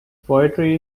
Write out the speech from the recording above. poetry